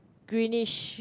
greenish